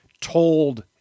told